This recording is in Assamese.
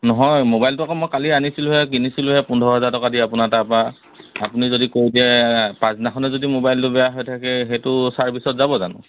নহয় মোবাইলটো আকৌ মই কালি আনিছিলোঁহে কিনিছিলোঁহে পোন্ধৰ হাজাৰ টকা দি আপোনাৰ তাপা আপুনি যদি কৈ দিয়ে পাঁচদিনাখনে যদি মোবাইলটো বেয়া হৈ থাকে সেইটো ছাৰ্ভিচত যাব জানো